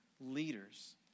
leaders